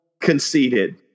conceded